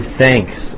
thanks